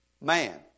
man